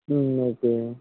ఒకే